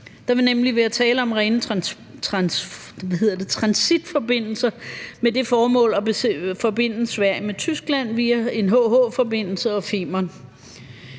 Der vil nemlig være tale om rene transitforbindelser med det formål at forbinde Sverige med Tyskland via en HH-forbindelse og Femern.